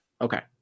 okay